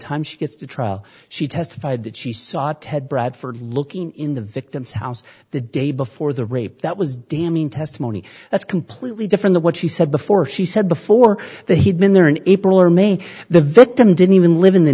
time she gets to trial she testified that she saw ted bradford looking in the victim's house the day before the rape that was damning testimony that's completely different to what she said before she said before that he'd been there in april or may the victim didn't even live in the